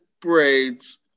braids